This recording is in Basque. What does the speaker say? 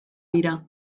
dira